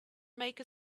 make